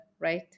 right